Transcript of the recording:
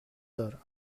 دارم